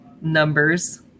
numbers